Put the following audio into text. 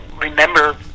remember